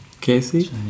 Casey